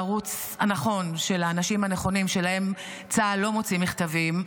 בערוץ הנכון של האנשים הנכונים שלהם צה"ל לא מוציא מכתבים,